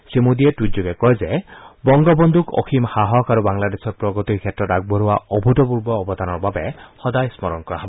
শ্ৰীমোদীয়ে টুইটযোগে কয় যে বংগবন্ধুক অসীম সাহস আৰু বাংলাদেশৰ প্ৰগতিৰ ক্ষেত্ৰত আগবঢ়োৱা অভূতপূৰ্ব অৱদানৰ বাবে সদায় স্মৰণ কৰা হয়